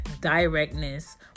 directness